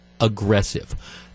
aggressive